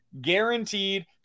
Guaranteed